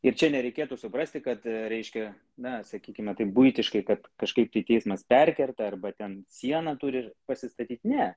ir čia nereikėtų suprasti kad reiškia na sakykime taip buitiškai kad kažkaip tai teismas perkerta arba ten sieną turi pasistatyt ne